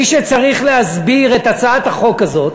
מי שצריך להסביר את הצעת החוק הזאת